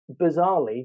bizarrely